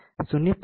5 0